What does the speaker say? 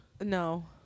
No